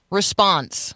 response